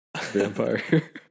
Vampire